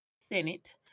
senate